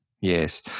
yes